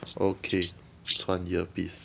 okay 穿 ear piece